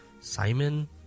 Simon